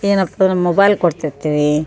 ಏನಪ್ಪ ಅಂದ್ರೆ ಮೊಬೈಲ್ ಕೊಡ್ತಿರ್ತೀವಿ